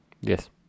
Yes